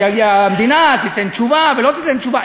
שהמדינה תיתן תשובה ולא תיתן תשובה,